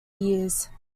years